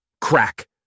Crack